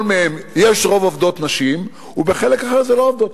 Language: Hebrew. מהם יש רוב עובדות נשים ובחלק אחר זה לא עובדות.